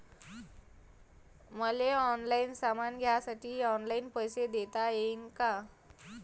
मले ऑनलाईन सामान घ्यासाठी ऑनलाईन पैसे देता येईन का?